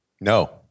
no